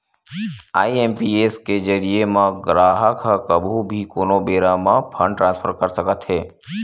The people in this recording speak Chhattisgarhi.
आई.एम.पी.एस के जरिए म गराहक ह कभू भी कोनो बेरा म फंड ट्रांसफर कर सकत हे